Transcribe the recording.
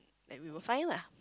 like we were fine lah